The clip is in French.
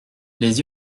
les